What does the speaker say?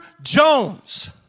Jones